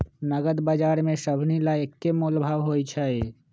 नगद बजार में सभनि ला एक्के मोलभाव होई छई